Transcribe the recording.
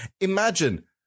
Imagine